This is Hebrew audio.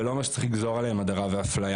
ולא אומר שצריך לגזור עליהם הדרה ואפליה.